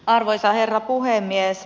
arvoisa herra puhemies